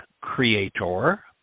creator